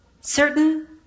certain